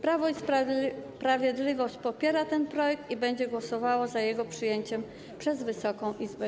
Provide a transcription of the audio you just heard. Prawo i Sprawiedliwość popiera ten projekt i będzie głosowało za jego przyjęciem przez Wysoką Izbę.